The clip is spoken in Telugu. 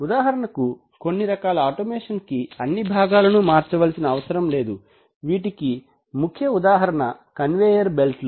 ఉదాహరణకు కొన్ని రకాల ఆటోమేషన్ కి అన్నీ భాగాలను మార్చవలసిన అవసరం లేదు వీటికి ముఖ్య ఉదాహరణ కన్వేయర్ బెల్ట్లు